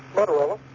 Motorola